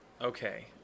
okay